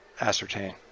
ascertain